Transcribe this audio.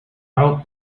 out